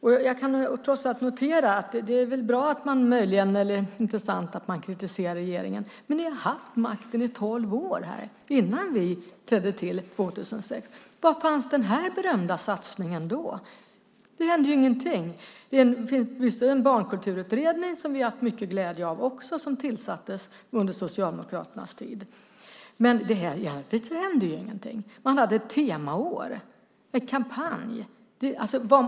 Det är intressant att ni kritiserar regeringen. Ni hade makten i tolv år innan vi tillträdde 2006. Var fanns den berömda satsningen då? Det hände ingenting. Det tillsattes visserligen en barnkulturutredning under Socialdemokraternas tid. Men i övrigt hände ingenting. Man hade ett temaår, en kampanj.